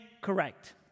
correct